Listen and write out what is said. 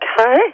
okay